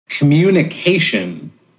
Communication